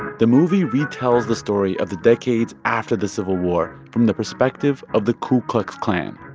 the movie retells the story of the decades after the civil war from the perspective of the ku klux klan.